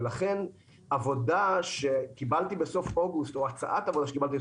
לכן הצעת עבודה שקיבלתי בסוף אוגוסט לא